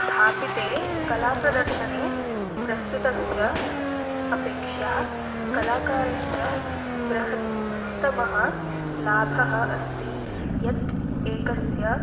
स्थापिते कलाप्रदर्शने प्रस्तुतस्य अपेक्षया कलाकारस्य बृहत्तमः लाभः अस्ति यत् एकस्य